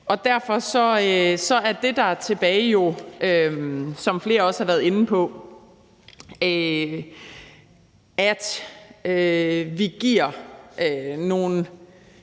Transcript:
Derfor er det, der er tilbage, som flere også har været inde på, at vi giver nogle